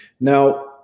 Now